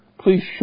please